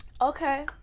okay